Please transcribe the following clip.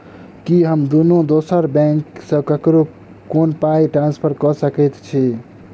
की हम कोनो दोसर बैंक सँ ककरो केँ पाई ट्रांसफर कर सकइत छि?